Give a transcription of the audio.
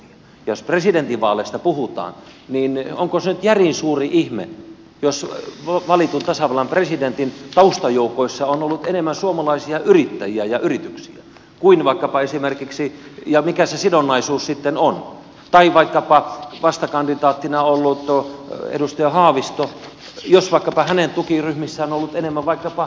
jos presidentinvaaleista puhutaan niin onko se nyt järin suuri ihme jos valitun tasavallan presidentin taustajoukoissa on ollut enemmän suomalaisia yrittäjiä ja yrityksiä tai mikä se sidonnaisuus sitten on tai jos vaikkapa vastakandidaattina olleen edustaja haaviston tukiryhmissä on ollut enemmän vaikkapa ympäristöjärjestöjä